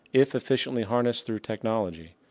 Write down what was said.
if efficiently harnessed through technology,